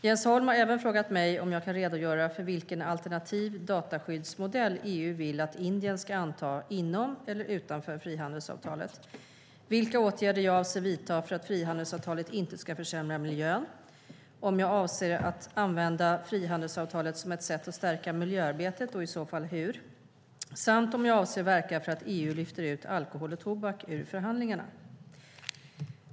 Jens Holm har även frågat mig om jag kan redogöra för vilken alternativ dataskyddsmodell EU vill att Indien ska anta inom eller utanför frihandelsavtalet, vilka åtgärder jag avser att vidta för att frihandelsavtalet inte ska försämra miljön, om jag avser att använda frihandelsavtalet som ett sätt att stärka miljöarbetet och i så fall hur samt om jag avser att verka för att EU lyfter ut alkohol och tobak ur förhandlingarna.